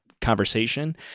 conversation